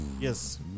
Yes